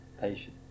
patient